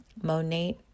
Monate